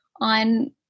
on